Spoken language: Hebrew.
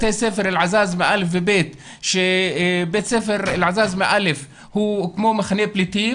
בתי ספר אלעזזמה א' ו-ב' שבית ספר אלעזזמה א' הוא כמו מחנה פליטים,